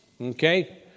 Okay